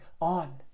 on